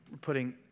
putting